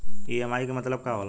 EMI के मतलब का होला?